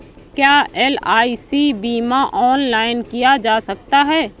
क्या एल.आई.सी बीमा ऑनलाइन किया जा सकता है?